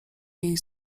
jej